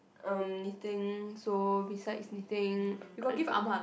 erm knitting so beside knitting I don't